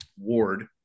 ward